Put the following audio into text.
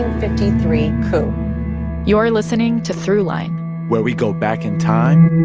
fifty three coup you're listening to throughline where we go back in time